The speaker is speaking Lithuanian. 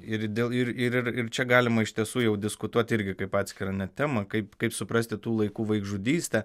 ir dėl ir ir ir čia galima iš tiesų jau diskutuoti irgi kaip atskirą net temą kaip kaip suprasti tų laikų vaikžudystę